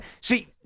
See